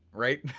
right?